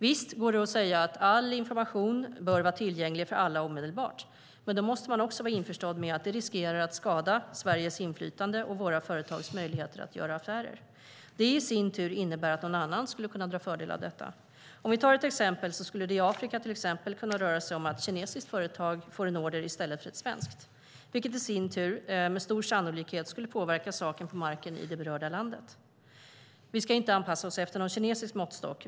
Visst går det att säga att all information bör vara tillgänglig för alla omedelbart. Men då måste man också vara införstådd med att det riskerar att skada Sveriges inflytande och våra företags möjligheter att göra affärer. Det i sin tur innebär att någon annan skulle kunna dra fördel av detta. Exempelvis skulle det i Afrika kunna röra sig om att ett kinesiskt företag får en order i stället för ett svenskt, vilket i sin tur med stor sannolikhet skulle påverka saken på marken i det berörda landet. Vi ska inte anpassa oss efter en kinesisk måttstock.